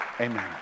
Amen